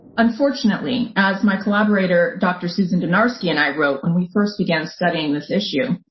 unfortunately, as my collaborator, dr. susan dynarski and i wrote when we first began studying this issue,